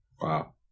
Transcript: Wow